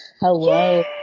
Hello